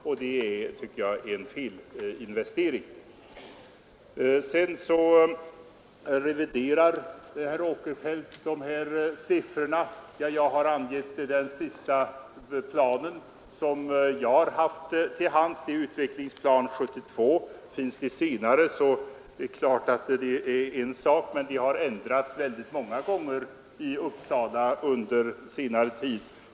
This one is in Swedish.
Det är enligt min mening en felinvestering. Sedan reviderade herr Åkerfeldt siffrorna i Uppsala kommuns utvecklingsplan. Den senaste plan som jag har haft till hands är Utvecklingsplan 72. Finns det senare uppgifter är det en annan sak; planerna har ändrats väldigt många gånger i Uppsala under senare tid.